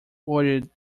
worried